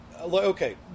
okay